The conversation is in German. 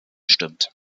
stimmt